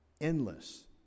endless